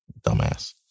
Dumbass